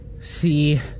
see